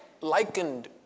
likened